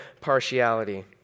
partiality